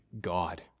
God